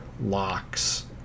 locks